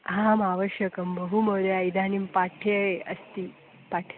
हामावश्यकं बहु महोदयाः इदानीं पाठ्ये अस्ति पाठे